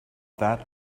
that